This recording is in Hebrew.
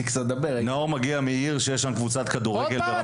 נאור מגיע מעיר שיש שם קבוצת כדורגל מאוד